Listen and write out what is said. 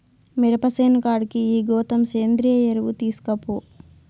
మిరప సేను కాడికి ఈ గోతం సేంద్రియ ఎరువు తీస్కపో